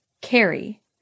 carry